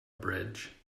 bridge